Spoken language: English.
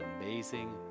amazing